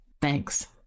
Thanks